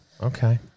Okay